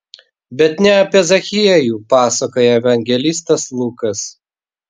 bet ne apie zachiejų pasakoja evangelistas lukas